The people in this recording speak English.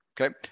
Okay